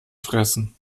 fressen